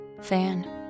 fan